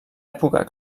època